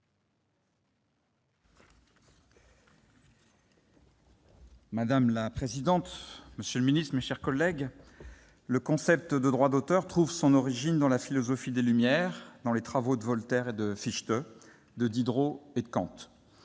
Madame la présidente, monsieur le ministre, mes chers collègues, le concept de droit d'auteur trouve son origine dans la philosophie des Lumières, dans les travaux de Voltaire et de Fichte, de Diderot et de Kant.